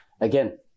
again